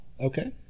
okay